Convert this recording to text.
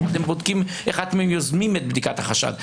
איך אתם יוזמים את בדיקת החשד?